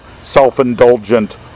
self-indulgent